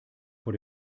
vor